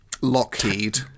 Lockheed